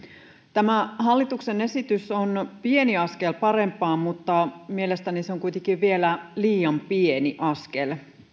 tämä hallituksen esitys on pieni askel parempaan mutta mielestäni se on kuitenkin vielä liian pieni askel